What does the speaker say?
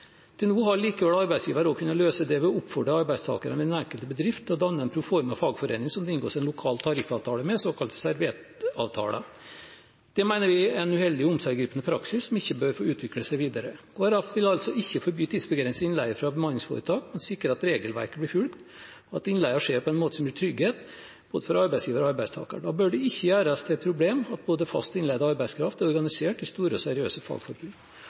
Til nå har likevel arbeidsgiver også kunnet løse dette ved å oppfordre arbeidstakerne ved den enkelte bedrift til å danne en proformafagforening som det inngås en lokal tariffavtale med, såkalte serviettavtaler. Det mener vi er en uheldig omseggripende praksis som ikke bør få utvikle seg videre. Kristelig Folkeparti vil altså ikke forby tidsbegrenset innleie fra bemanningsforetak, men sikre at regelverket blir fulgt, og at innleien skjer på en måte som gir trygghet både for arbeidsgiver og arbeidstaker. Da bør det ikke gjøres til et problem at både fast og innleid arbeidskraft er organisert i store, seriøse fagforbund.